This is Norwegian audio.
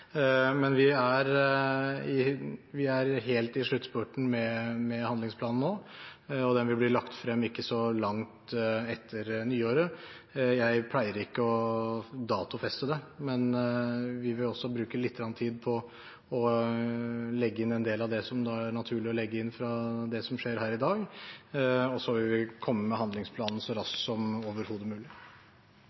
Men vi er helt i sluttspurten med handlingsplanen nå, og den vil bli lagt frem ikke så langt utpå nyåret. Jeg pleier ikke å datofeste det, men vi vil også bruke litt tid på å legge inn en del av det som er naturlig å legge inn fra det som skjer her i dag, og så vil vi komme med handlingsplanen så raskt som overhodet mulig.